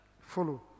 Follow